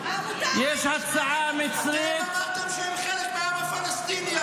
יש הצעה מצרית --- אתם אמרתם שהם חלק מהעם הפלסטיני.